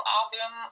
album